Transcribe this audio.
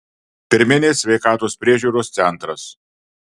pirminės sveikatos priežiūros centras